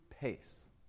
pace